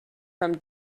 from